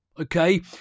okay